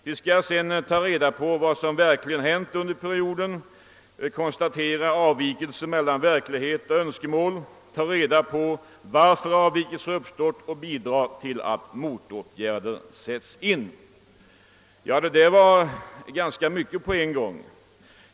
De skall sedan ta reda på vad som verkligen hänt under perioden, konstatera avvikelser mellan verklighet och önskemål, undersöka varför avvikelserna uppstått och bidra till att motåtgärder sätts in. Det där var ganska mycket på en gång!